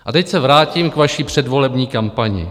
A teď se vrátím k vaší předvolební kampani.